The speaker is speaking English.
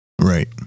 Right